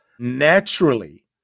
naturally